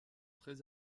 très